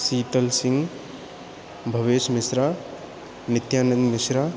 Sital Singh Bhavesh Mishra Nityanand Mishra